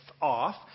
off